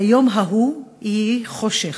'היום ההוא יהי חושך'